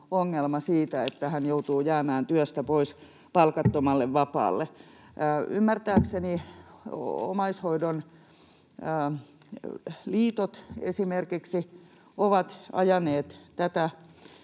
ongelma siitä, että hän joutuu jäämään työstä pois palkattomalle vapaalle. Ymmärtääkseni esimerkiksi omaishoidon liitot ovat ajaneet tätä